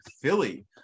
Philly